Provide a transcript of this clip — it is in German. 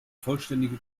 vollständige